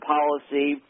Policy